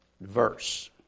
verse